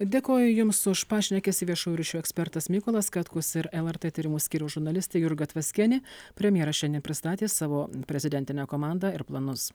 dėkoju jums už pašnekesį viešųjų ryšių ekspertas mykolas katkus ir lrt tyrimų skyriaus žurnalistė jurga tvaskienė premjeras šiandien pristatė savo prezidentinę komandą ir planus